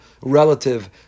relative